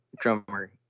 drummer